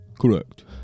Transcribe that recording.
Correct